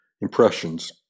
impressions